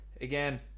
Again